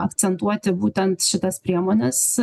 akcentuoti būtent šitas priemones